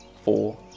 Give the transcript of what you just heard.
four